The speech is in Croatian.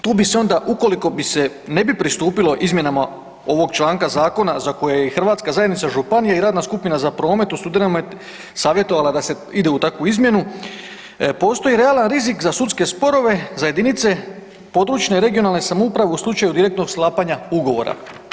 Tu bi se onda ukoliko bi se ne bi pristupilo izmjenama ovog članka zakona za koje je i Hrvatska zajednica županija i radna skupina za promet u studenome savjetovala da se ide u takvu izmjenu, postoji realan rizik za sudske sporove za jedinice područne i regionalne samouprave u slučaju direktnog sklapanja ugovora.